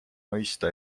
mõista